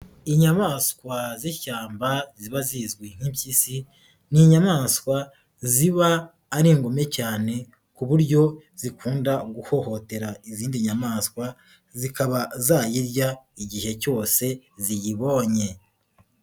Inyamaswa z'ishyamba ziba zizwi nk'impyisi, n'inyamaswa ziba ari ingume cyane ku buryo zikunda guhohotera izindi nyamaswa, zikaba zayirya igihe cyose ziyibonye.